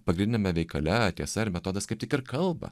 pagrindiniame veikale tiesa ir metodas kaip tik ir kalba